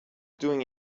doing